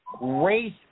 race